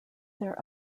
there